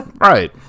right